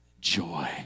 Joy